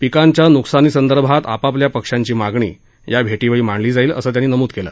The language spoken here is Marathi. पिकांच्या नुकसानीसंदर्भात पक्षांची मागणी या भेशीवेळी मांडली जाईल असं त्यांनी नुमद केलं